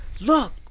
look